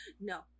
No